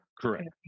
Correct